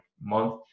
month